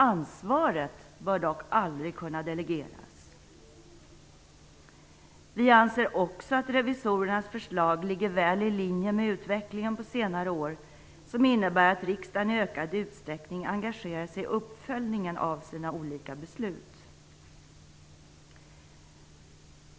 Ansvaret bör dock aldrig kunna delegeras. Vi anser också att revisorernas förslag ligger väl i linje med utvecklingen på senare år. Det innebär att riksdagen i ökad utsträckning engagerar sig i uppföljningen av sina olika beslut.